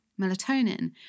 melatonin